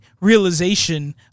realization